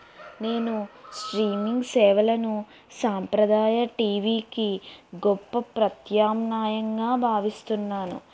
నేను స్ట్రీమింగ్ సేవలను సాంప్రదాయ టీవీకి గొప్ప ప్రత్యామ్నాయంగా భావిస్తున్నాను